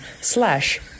slash